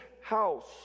house